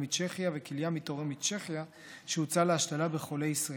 מצ'כיה וכליה מתורם מצ'כיה שהוטסה להשתלה בחולה ישראלי.